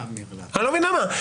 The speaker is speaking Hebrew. אני לא מבין למה?